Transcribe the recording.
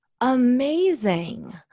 Amazing